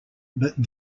but